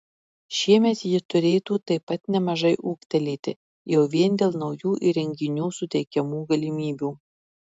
šiemet ji turėtų taip pat nemažai ūgtelėti jau vien dėl naujų įrenginių suteikiamų galimybių